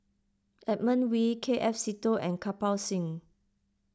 Edmund Wee K F Seetoh and Kirpal Singh